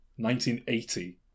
1980